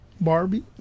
Barbie